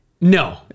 No